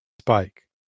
spike